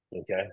okay